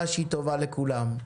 כלכלה שהיא טובה לכולם.